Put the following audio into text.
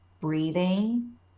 breathing